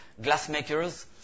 glassmakers